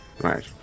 Right